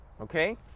okay